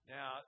Now